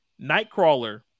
Nightcrawler